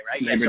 right